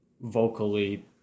vocally